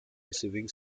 receiving